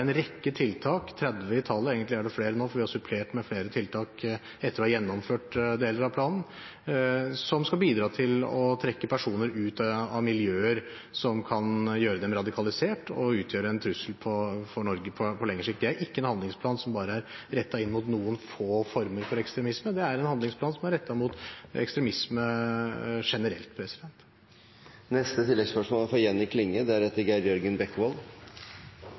en rekke tiltak – 30 i tallet, egentlig er det flere nå, for vi har supplert med flere tiltak etter å ha gjennomført deler av planen – som skal bidra til å trekke personer ut av miljøer som kan gjøre dem radikalisert og utgjøre en trussel for Norge på lengre sikt. Det er ikke en handlingsplan som bare er rettet inn mot noen få former for ekstremisme, det er en handlingsplan som er rettet mot ekstremisme generelt. Jenny Klinge – til oppfølgingsspørsmål. Som representanten Hadia Tajik nemnde, er